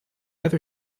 other